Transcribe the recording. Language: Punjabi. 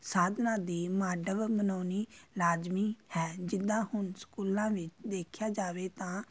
ਸਾਧਨਾਂ ਦੀ ਮਾਡਵ ਮਨਾਉਣੀ ਲਾਜ਼ਮੀ ਹੈ ਜਿੱਦਾਂ ਹੁਣ ਸਕੂਲਾਂ ਵਿੱਚ ਦੇਖਿਆ ਜਾਵੇ ਤਾਂ